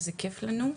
איזה כיף לנו,